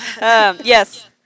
Yes